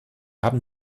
haben